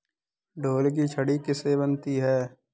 ढोल की छड़ी कैसे बनती है?